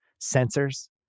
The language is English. sensors